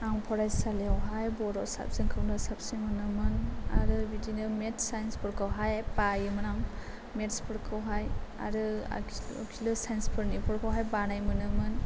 आं फरायसालियावहाय बर' साबजेक्ट खौनो साबसिन मोनोमोन आरो बिदिनो मेत्स साइन्स फोरखौहाय बायोमोन आं मेत्स फोरखौहाय आरो आखिलु आखिला साइन्स फोरनि फोरखौहाय बानाय मोनोमोन